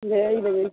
भेज देबय